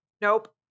nope